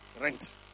Rent